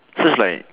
so is like